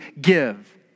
give